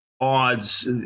odds